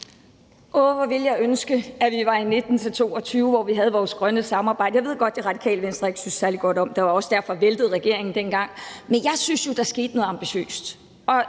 Åh, hvor ville jeg ønske, at vi var i 2019-2022, hvor vi havde vores grønne samarbejde. Jeg ved godt, at Radikale Venstre ikke synes særlig godt om det og også derfor væltede regeringen dengang, men jeg synes jo, der skete noget ambitiøst.